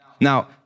Now